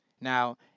Now